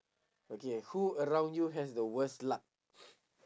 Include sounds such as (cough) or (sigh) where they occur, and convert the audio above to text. okay who around you has the worst luck (noise)